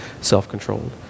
self-controlled